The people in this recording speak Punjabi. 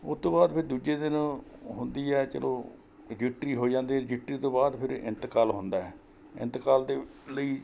ਉਸ ਤੋਂ ਬਾਅਦ ਫਿਰ ਦੂਜੇ ਦਿਨ ਹੁੰਦੀ ਹੈ ਚਲੋ ਰਜਿਸਟਰੀ ਹੋ ਜਾਂਦੀ ਰਜਿਸਟਰੀ ਤੋਂ ਬਾਅਦ ਫਿਰ ਇੰਤਕਾਲ ਹੁੰਦਾ ਇੰਤਕਾਲ ਦੇ ਲਈ